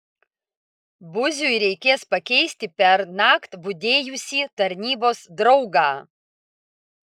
buziui reikės pakeisti pernakt budėjusį tarnybos draugą